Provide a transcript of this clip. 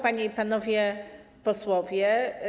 Panie i Panowie Posłowie!